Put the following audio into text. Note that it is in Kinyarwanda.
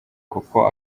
kuko